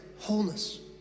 wholeness